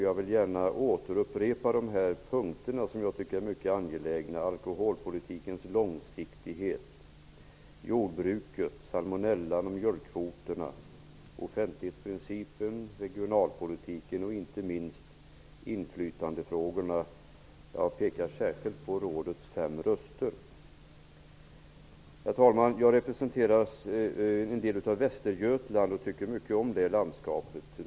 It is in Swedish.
Jag vill gärna återupprepa de punkter som jag anser vara mycket angelägna: alkoholpolitikens långsiktighet, jordbruket, salmonellan och mjölkkvoterna, offentlighetsprincipen, regionalpolitiken och inte minst inflytandefrågorna. Jag vill särskilt peka på rådets fem röster. Herr talman! Jag representerar en del av Västergötland, och jag tycker mycket om det landskapet.